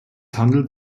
handelt